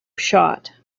shot